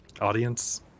Audience